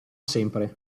sempre